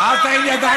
מה זה קשור?